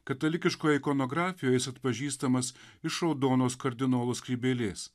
katalikiškoje ikonografijoj jis atpažįstamas iš raudonos kardinolų skrybėlės